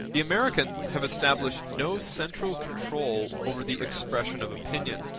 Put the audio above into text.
the americans have established no central control over the expression of opinion,